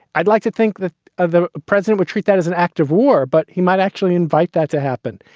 i'd like to think that ah the president would treat that as an act of war, but he might actually invite that to happen.